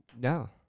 No